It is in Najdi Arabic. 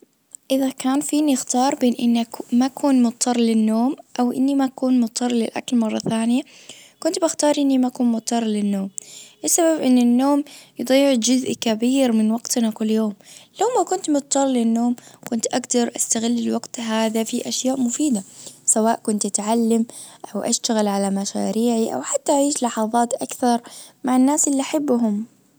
اذا كان فيني اختار بين انك ما اكون مضطر للنوم او اني ما اكون مضطر للاكل مرة ثانية كنت بختار اني ما اكون مضطر للنوم السبب ان النوم يضيع جزء كبير من وقتنا كل يوم لو ما كنت مضطر للنوم كنت اقدر استغل الوقت هذا في اشياء مفيدة سواء كنت اتعلم او أشتغل على مشاريعي او حتى أعيش لحظات اكثر مع الناس اللي أحبهم.